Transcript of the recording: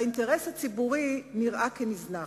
והאינטרס הציבורי נראה כנזנח.